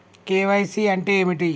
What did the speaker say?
KYC అంటే ఏమిటి?